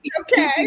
okay